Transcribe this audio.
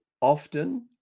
Often